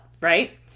right